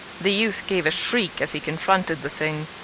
the youth gave a shriek as he confronted the thing.